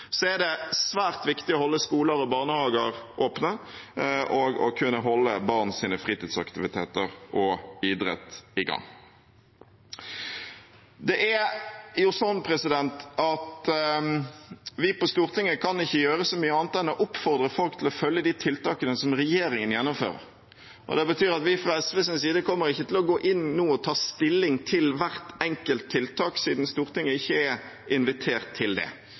Så er det svært viktig å holde skoler og barnehager åpne og å kunne holde barns fritidsaktiviteter og idrett i gang. Vi på Stortinget kan ikke gjøre så mye annet enn å oppfordre folk til å følge de tiltakene som regjeringen innfører. Det betyr at fra SVs side kommer vi ikke til å gå inn og ta stilling til hvert enkelt tiltak, siden Stortinget ikke er invitert til det.